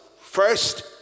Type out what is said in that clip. first